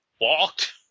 walked